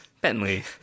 Bentley